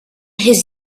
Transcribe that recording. his